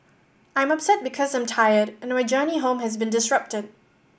I'm upset because I'm tired and my journey home has been disrupted